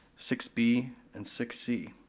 six b, and six c.